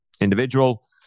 individual